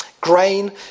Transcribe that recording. Grain